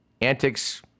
antics